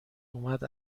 اومد